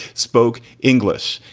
spoke english.